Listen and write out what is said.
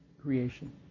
creation